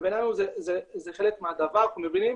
בעינינו זה חלק מהדבר, אנחנו מבינים